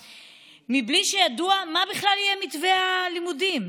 בלי שידוע מה בכלל יהיה מתווה הלימודים,